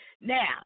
Now